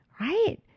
right